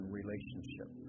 relationship